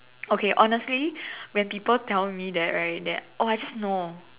okay honestly when people tell me that right that oh I just know